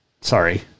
sorry